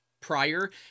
prior